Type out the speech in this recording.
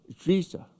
Jesus